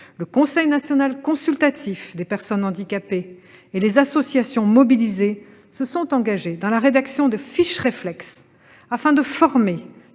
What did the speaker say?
le Conseil national consultatif des personnes handicapées et les associations mobilisées se sont engagés dans la rédaction de fiches réflexes, qui visent